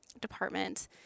department